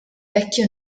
vecchio